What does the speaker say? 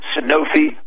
Sanofi